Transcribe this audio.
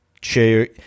share